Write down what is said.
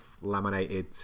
laminated